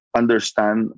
understand